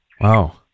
Wow